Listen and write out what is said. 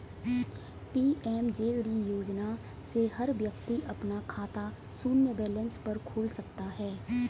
PMJD योजना से हर व्यक्ति अपना खाता शून्य बैलेंस पर खोल सकता है